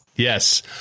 Yes